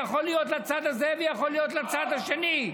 זה יכול להיות לצד הזה ויכול להיות לצד השני,